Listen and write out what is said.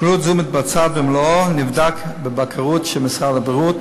פעילות זו מתבצעת במלואה ונבדקת בבקרות של משרד הבריאות.